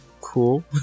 Cool